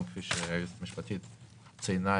כפי שהיועצת המשפטית ציינה,